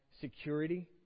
security